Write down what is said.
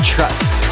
Trust